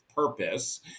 purpose